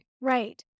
Right